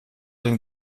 den